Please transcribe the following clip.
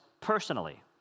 personally